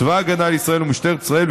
צבא הגנה לישראל ומשטרת ישראל,